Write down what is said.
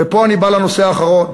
ופה אני עובר לנושא האחרון.